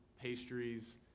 pastries